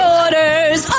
orders